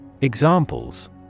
Examples